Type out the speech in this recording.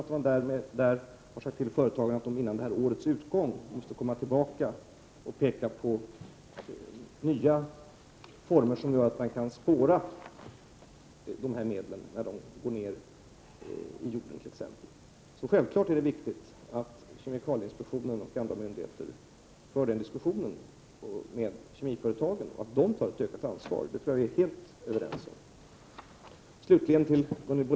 Inspektionen har ålagt företagen att före årets utgång återkomma till inspektionen och visa på nya sätt att spåra dessa medel då de går ned i jorden t.ex. Självfallet är det viktigt att kemikalieinspektionen för denna diskussion med kemiföretagen, och att dessa företag tar ett ökat ansvar. Detta tror jag att vi är helt överens om.